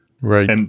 Right